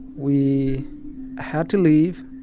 we had to leave.